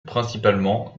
principalement